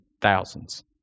thousands